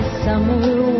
summer